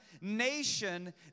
nation